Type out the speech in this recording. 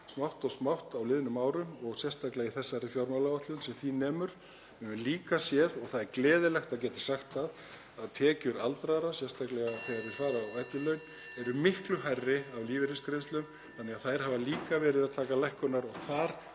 smátt og smátt á liðnum árum og sérstaklega í þessari fjármálaáætlun sem því nemur. Við höfum líka séð, og það er gleðilegt að geta sagt það, að tekjur aldraðra, sérstaklega þegar þeir fara á eftirlaun, eru miklu hærri en lífeyrisgreiðslur þannig að þær hafa líka verið að taka lækkun og þar